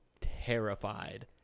terrified